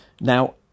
now